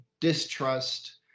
distrust